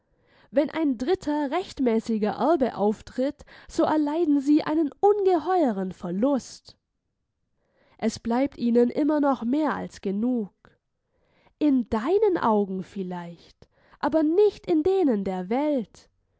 wenn ein dritter rechtmäßiger erbe auftritt so erleiden sie einen ungeheuren verlust es bleibt ihnen immer noch mehr als genug in deinen augen vielleicht aber nicht in denen der welt